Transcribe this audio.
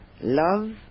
love